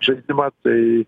žaidimą tai